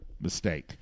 mistake